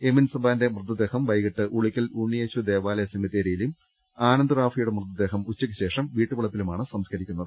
എമിൻ സബാന്റെ മൃതദേഹം വൈകീട്ട് ഉളിയ്ക്കൽ ഉണ്ണിയേശു ദേവാലയ സെമിത്തേരിയിലും ആനന്ദ് റാഫിയുടെ മൃതദേഹം ഉച്ചക്ക് ശേഷം വീട്ടുവളപ്പിലുമാണ് സംസ്ക്കരിക്കുന്നത്